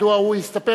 מדוע הוא יסתפק,